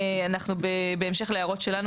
ואנחנו בהמשך להערות שלנו,